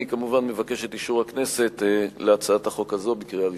אני מבקש את אישור הכנסת להצעת החוק הזאת בקריאה ראשונה.